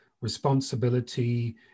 responsibility